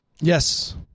Yes